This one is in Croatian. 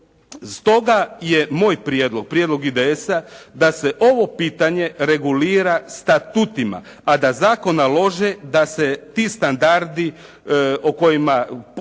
Stoga je moj prijedlog, prijedlog IDS-a da se ovo pitanje regulira statutima, a da zakon nalaže da se ti standardi koje